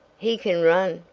he can run!